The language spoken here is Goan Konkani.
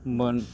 मन